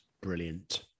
brilliant